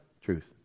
truth